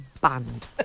Banned